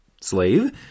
slave